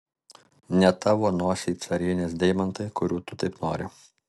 ne tavo nosiai carienės deimantai kurių tu taip nori